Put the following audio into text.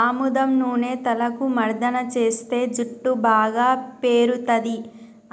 ఆముదం నూనె తలకు మర్దన చేస్తే జుట్టు బాగా పేరుతది